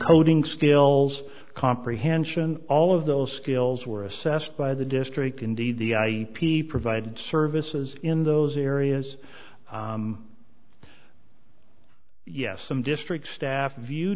coding skills comprehension all of those skills were assessed by the district indeed the i p provided services in those areas yes some district staff view